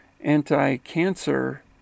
anti-cancer